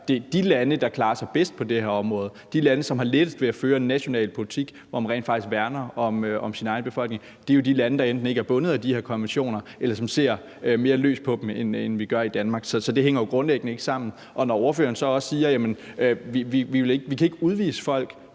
De lande, der klarer sig bedst på det her område, og de lande, som har lettest ved at føre en national politik, hvor man rent faktisk værner om sin egen befolkning, er de lande, der enten ikke er bundet af de her konventioner, eller som ser mere løst på dem, end vi gør i Danmark. Så det hænger jo grundlæggende ikke sammen. Til det, ordføreren så også siger om, at vi ikke kan udvise folk,